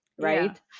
Right